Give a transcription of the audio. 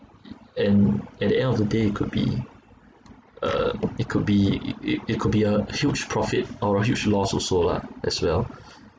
and at the end of the day it could be uh it could be it it it could be a huge profit or a huge loss also lah as well